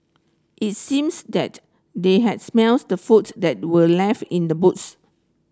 it seems that they had smells the food that were left in the boots